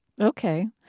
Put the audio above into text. Okay